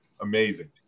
Amazing